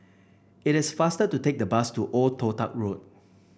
it is faster to take the bus to Old Toh Tuck Road